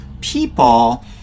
people